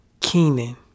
Keenan